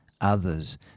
others